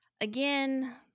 again